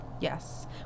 Yes